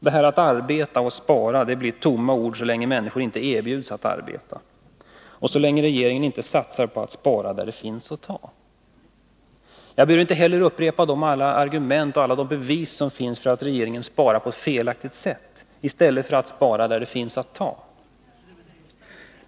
Talet om att ”arbeta och spara” blir tomma ord så länge människor inte erbjuds att arbeta och så länge regeringen inte satsar på att spara där det finns att ta. Jag behöver inte heller upprepa alla de argument och alla de bevis som finns för att regeringen sparar på ett felaktigt sätt i stället för att spara där det finns att ta.